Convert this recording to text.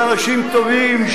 של אנשים טובים,